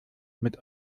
mit